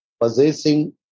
possessing